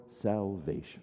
salvation